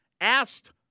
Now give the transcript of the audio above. asked